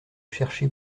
chercher